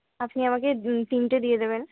আপনি আমাকে তিনটে দিয়ে দেবেন